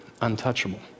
untouchable